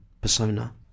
persona